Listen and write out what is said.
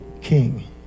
king